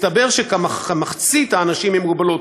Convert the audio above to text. מסתבר שכמחצית מהאנשים עם מוגבלות,